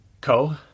Co